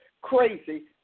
crazy